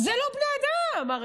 בני אדם.